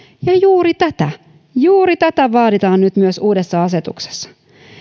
ja juuri tätä juuri tätä vaaditaan nyt myös uudessa asetuksessa